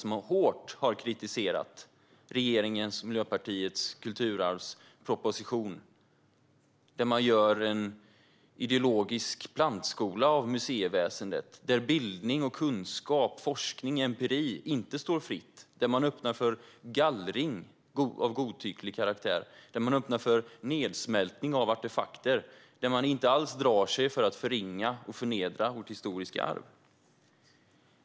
Vi har hårt kritiserat regeringens och Miljöpartiets kulturarvsproposition, där man gör ideologisk plantskola av museiväsendet, där bildning och kunskap, forskning och empiri inte står fritt, där man öppnar för gallring av godtycklig karaktär och nedsmältning av artefakter och där man inte alls drar sig för att förringa och förnedra vårt historiska arv.